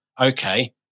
okay